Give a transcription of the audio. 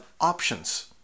options